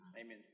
Amen